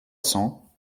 cents